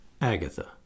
Agatha